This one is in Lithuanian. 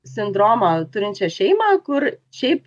sindromą turinčią šeimą kur šiaip